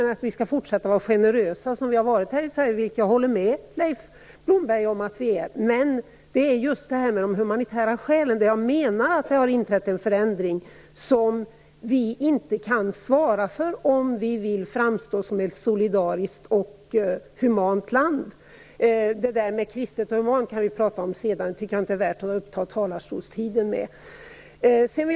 Vi skall också fortsätta att vara så generösa som vi har varit här i Sverige, vilket jag håller med Leif När det gäller de humanitära skälen menar jag dock att det har inträtt en förändring. Vi kan inte ställa oss bakom den, om Sverige skall framstå som ett solidariskt och humant land. Frågan om vad som är kristet och humant kan vi tala om senare. Jag tycker inte att det är värt att ta upp tiden i talarstolen med det.